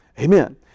Amen